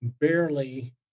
barely